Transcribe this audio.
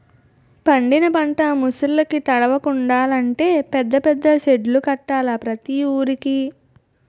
పండిన పంట ముసుర్లుకి తడవకుండలంటే పెద్ద పెద్ద సెడ్డులు కట్టాల ప్రతి వూరికి